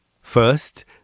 First